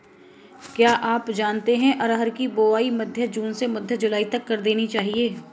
क्या आप जानते है अरहर की बोआई मध्य जून से मध्य जुलाई तक कर देनी चाहिये?